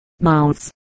mouths